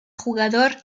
jugador